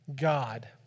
God